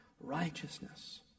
righteousness